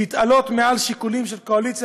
להתעלות מעל שיקולים של קואליציה